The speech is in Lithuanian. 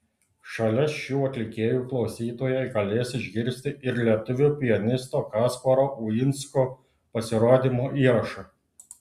šalia šių atlikėjų klausytojai galės išgirsti ir lietuvių pianisto kasparo uinsko pasirodymo įrašą